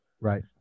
Right